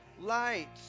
Light